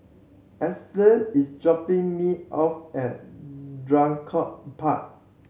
Edsel is dropping me off at Draycott Park